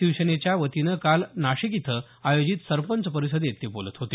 शिवसेनेच्या वतीनं काल नाशिक इथं आयोजित सरपंच परिषदेत ते बोलत होते